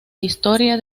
historia